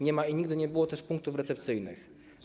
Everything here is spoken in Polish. Nie ma i nigdy nie było punktów recepcyjnych.